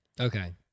Okay